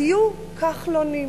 תהיו כחלונים.